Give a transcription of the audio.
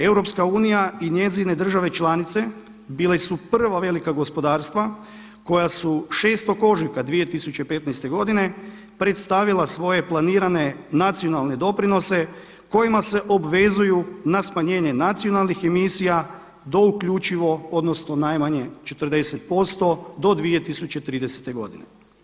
EU i njezine države članice bile su prva velika gospodarstva koja su 6. ožujka 2015. godine predstavila svoje planirane nacionalne doprinose kojima se obvezuju na smanjenje nacionalnih emisija do uključivo, odnosno najmanje 40% do 2030. godine.